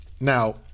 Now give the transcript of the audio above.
now